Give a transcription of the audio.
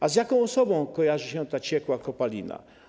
A z jaką osobą kojarzy się ta ciekła kopalina?